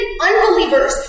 unbelievers